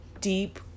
deep